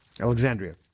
Alexandria